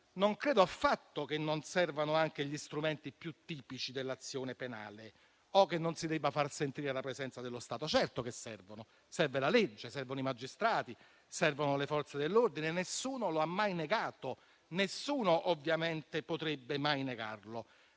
non credo affatto che non servano anche gli strumenti più tipici dell'azione penale o che non si debba far sentire la presenza dello Stato. Certo che servono: serve la legge, servono i magistrati, servono le Forze dell'ordine; nessuno lo ha mai negato e nessuno ovviamente potrebbe mai negarlo.